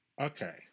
Okay